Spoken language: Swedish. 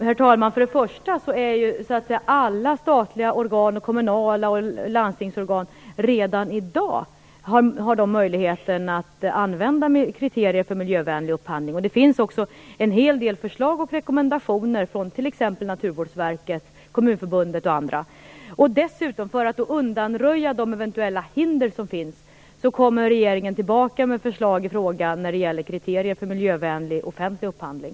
Herr talman! Alla statliga organ och alla kommunal och landstingsorgan har redan i dag möjlighet att använda kriterier för miljövänlig upphandling. Det finns också en hel del förslag och rekommendationer från t.ex. Naturvårdsverket och Kommunförbundet. Dessutom kommer regeringen, för att undanröja de eventuella hinder som finns, att komma tillbaka med förslag i frågan om kriterier för miljövänlig offentlig upphandling.